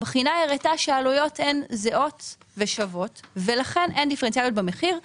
הבחינה הראתה שהעלויות הן זהות ושוות ולכן אין דיפרנציאליות במחיר.